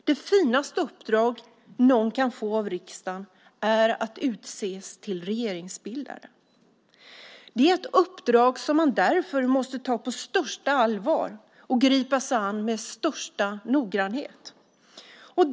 Det finaste uppdrag som någon kan få av riksdagen är att utses till regeringsbildare. Det är ett uppdrag som man därför måste ta på största allvar och gripa sig an med största noggrannhet.